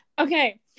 okay